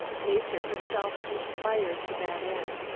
nature herself conspired to that end.